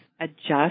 adjust